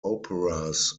operas